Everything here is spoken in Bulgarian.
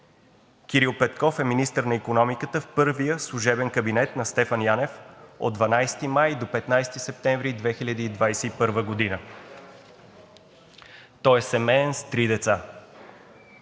Кирил Петков е министър на икономиката в първия служебен кабинет на Стефан Янев от 12 май 2021 г. до 15 септември 2021 г. Той е семеен, с три деца.